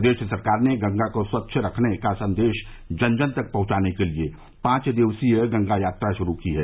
प्रदेश सरकार ने गंगा को स्वच्छ रखने का संदेश जन जन तक पहुंचाने के लिए पांच दिवसीय गंगा यात्रा शुरू की है